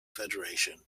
federation